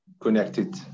connected